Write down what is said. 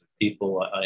people